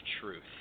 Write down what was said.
truth